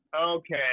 Okay